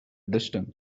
distance